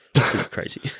crazy